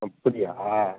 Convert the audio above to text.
அப்படியா